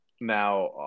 Now